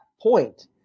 point